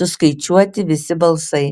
suskaičiuoti visi balsai